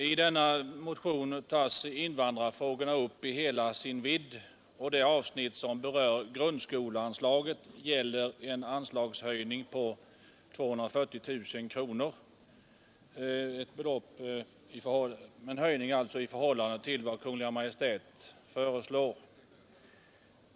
I denna motion tas invandrarfrågorna upp i hela sin vidd, och det avsnitt som berör grundskoleanslaget gäller en anslagshöjning på 240 000 kronor — en höjning alltså i förhållande till vad Kungl. Maj:t föreslår.